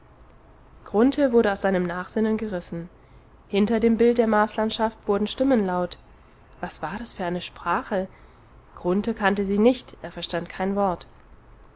wurde aus seinem nachsinnen gerissen hinter dem bild der marslandschaft wurden stimmen laut was war das für eine sprache grunthe kannte sie nicht er verstand kein wort